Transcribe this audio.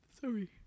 sorry